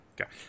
Okay